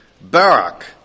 Barak